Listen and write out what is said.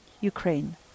Ukraine